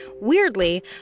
Weirdly